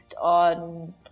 on